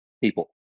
people